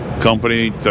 company